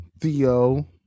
Theo